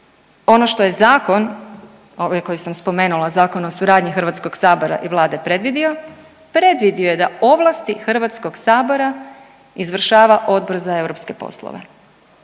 Ono što je zakon ovdje koji sam spomenula Zakon o suradnji Hrvatskog sabora i vlade predvidio, predvidio je da ovlasti Hrvatskog sabora izvršava Odbor za europske poslove.